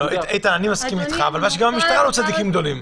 אני מסכים, אבל גם המשטרה לא צדיקים גדולים.